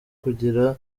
kugira